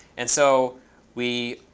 and so we,